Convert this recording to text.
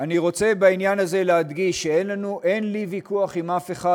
אני רוצה להדגיש שאין לי ויכוח עם אף אחד.